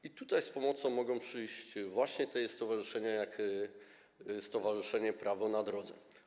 I tutaj z pomocą mogą przyjść właśnie takie stowarzyszenia jak Stowarzyszenie Prawo na Drodze.